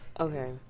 Okay